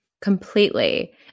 Completely